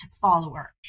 follower